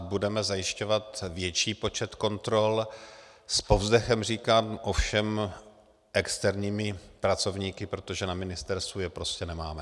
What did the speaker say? Budeme zajišťovat větší počet kontrol, s povzdechem říkám, ovšem externími pracovníky, protože na ministerstvu je prostě nemáme.